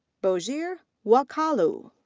boogere wakaalo.